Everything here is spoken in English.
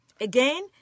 Again